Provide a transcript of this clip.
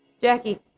Jackie